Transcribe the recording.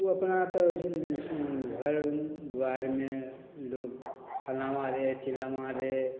ओ अपना एतऽ घर दुआरमे लोक फलम्मा रे चिल्लामा रे